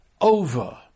over